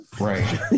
Right